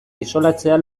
isolatzea